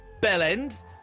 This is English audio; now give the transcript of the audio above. bellend